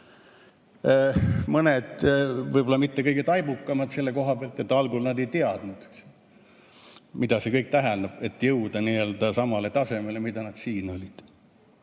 mõned, võib‑olla mitte kõige taibukamad selle koha pealt, sest algul nad ei teadnud, mida see kõik tähendab, et jõuda samale tasemele, kui nad siin olid.